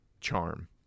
charm